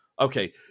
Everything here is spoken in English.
okay